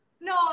no